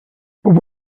but